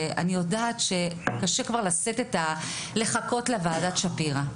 ואני יודעת שקשה לשאת ולחכות לוועדת שפירא,